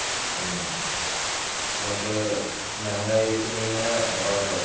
ہوں کیوں کہ مہنگائی اتنی ہے اور